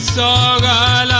so da da